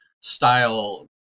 style